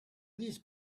these